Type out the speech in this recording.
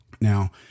Now